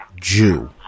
Jew